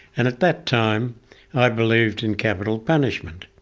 and at that time i believed in capital punishment.